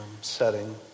setting